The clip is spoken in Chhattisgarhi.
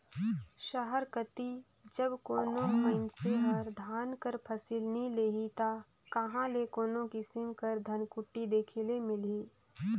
सहर कती जब कोनो मइनसे हर धान कर फसिल नी लेही ता कहां ले कोनो किसिम कर धनकुट्टी देखे ले मिलही